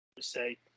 say